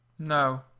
No